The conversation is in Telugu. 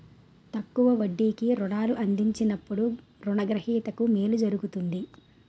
తక్కువ వడ్డీకి రుణాలు అందించినప్పుడు రుణ గ్రహీతకు మేలు జరుగుతుంది